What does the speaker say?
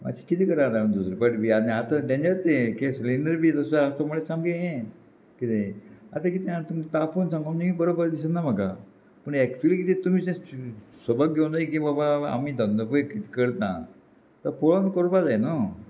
मात्शें कितें करात दुसरें पाट बी आनी आतां डॅंजर तें गॅस सिलींडर बी तसो आसा तो म्हळ्यार सामकें हें कितें आतां कितें आहा तुमकां तापोवन सांगूक बरोबर दिसना म्हाका पूण एक्चुली कितें तुमी सबक घेवूंक जाय की बाबा आमी धंदो पय कितें करता तो पळोवन कोरपा जाय न्हू